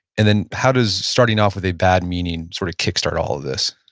and then, how does starting off with a bad meaning sort of kickstart all of this?